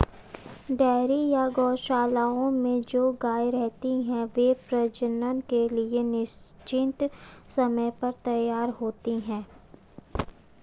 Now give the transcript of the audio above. dairy या गोशालाओं में जो गायें रहती हैं, वे प्रजनन के लिए निश्चित समय पर तैयार होती हैं